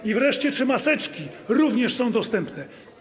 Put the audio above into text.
I wreszcie czy maseczki również są dostępne?